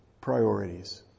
priorities